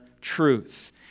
truth